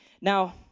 Now